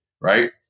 right